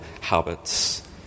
habits